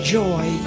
joy